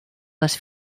les